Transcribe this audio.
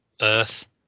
Earth